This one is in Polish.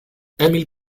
emil